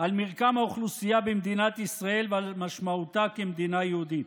על מרקם האוכלוסייה במדינת ישראל ועל משמעותה כמדינה יהודית.